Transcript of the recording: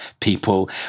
people